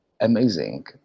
amazing